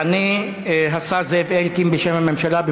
יענה השר זאב אלקין בשם הממשלה.